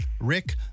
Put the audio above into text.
Rick